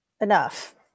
enough